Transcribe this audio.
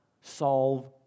solve